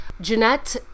Jeanette